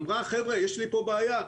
אמרה שיש כאן בעיה.